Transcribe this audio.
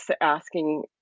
asking